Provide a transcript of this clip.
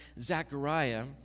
Zechariah